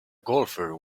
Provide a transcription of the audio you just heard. golfer